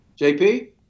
JP